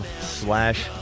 slash